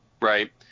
right